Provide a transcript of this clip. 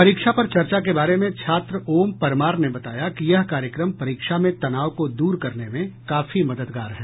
परीक्षा पर चर्चा के बारे में छात्र ओम परमार ने बताया कि यह कार्यक्रम परीक्षा में तनाव को दूर करने में काफी मददगार है